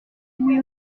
oui